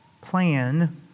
plan